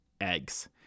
eggs